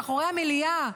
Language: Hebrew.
מאחורי המליאה,